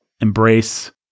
embrace